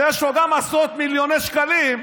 שיש לו גם עשרות מיליוני שקלים,